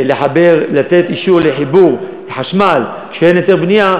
לתת אישור לחיבור לחשמל כשאין היתר בנייה,